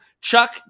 Chuck